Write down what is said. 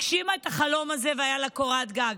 הגשימה את החלום הזה והייתה לה קורת גג.